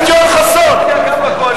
גם בקואליציה וגם באופוזיציה.